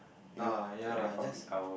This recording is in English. uh ya lah just